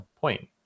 point